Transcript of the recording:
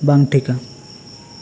ᱵᱟᱝ ᱴᱷᱤᱠᱟ